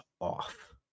off